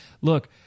Look